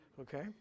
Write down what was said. Okay